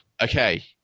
okay